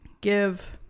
give